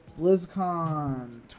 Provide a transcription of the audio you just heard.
blizzcon